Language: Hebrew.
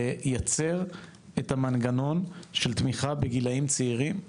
לייצר את המנגנון של תמיכה בגילאים צעירים,